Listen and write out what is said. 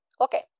Okay